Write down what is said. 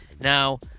Now